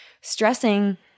stressing